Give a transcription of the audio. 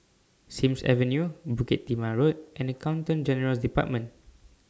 Sims Avenue Bukit Timah Road and Accountant General's department